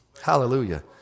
Hallelujah